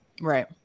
Right